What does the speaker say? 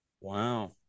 Wow